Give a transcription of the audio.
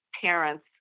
parents